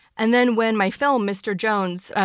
and then when my film, mr. jones, ah